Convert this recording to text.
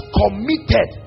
committed